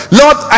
lord